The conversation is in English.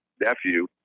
nephew